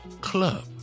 club